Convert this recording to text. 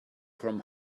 from